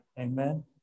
Amen